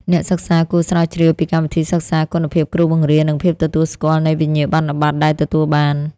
អ្នកសិក្សាគួរស្រាវជ្រាវពីកម្មវិធីសិក្សា គុណភាពគ្រូបង្រៀន និងភាពទទួលស្គាល់នៃវិញ្ញាបនបត្រដែលទទួលបាន។